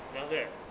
then after that